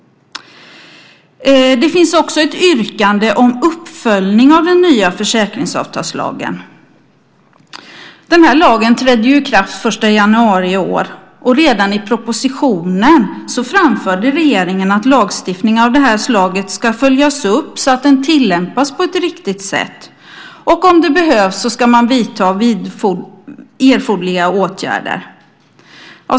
Det finns också ett yrkande om uppföljning av den nya försäkringsavtalslagen. Den här lagen trädde ju i kraft den 1 januari i år. Redan i propositionen framförde regeringen att lagstiftning av det här slaget ska följas upp så att den tillämpas på ett riktigt sätt. Om det behövs ska man vidta erforderliga åtgärder.